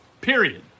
period